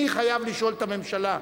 אני חייב לשאול את הממשלה,